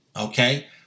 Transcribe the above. Okay